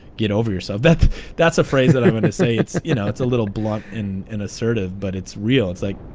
get over yourself. that that's a phrase that i want to say. it's you know, it's a little blunt and assertive, but it's real. it's like.